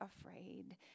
afraid